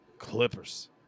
Clippers